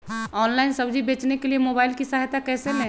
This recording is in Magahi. ऑनलाइन सब्जी बेचने के लिए मोबाईल की सहायता कैसे ले?